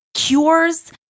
Cures